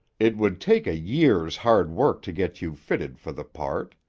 it would take a year's hard work to get you fitted for the part.